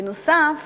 בנוסף,